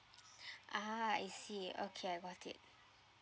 ah I see okay I got it